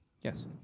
Yes